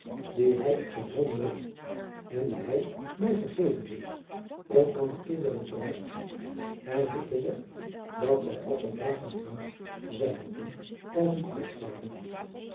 die hum op zijn helm droeg en die jacob van lennep de pleegzoon hum mij egeven heit om an de kinderen te wijzen en hun te zeggen dat zij altijd braôf en trouw zijn moeten als hun